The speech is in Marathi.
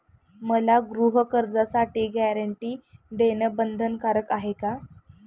मला गृहकर्जासाठी गॅरंटी देणं बंधनकारक आहे का?